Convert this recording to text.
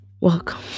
welcome